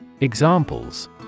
Examples